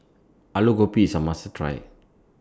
Alu Gobi IS A must Try